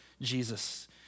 Jesus